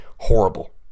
Horrible